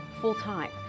full-time